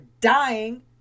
dying